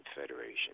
Federation